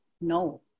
no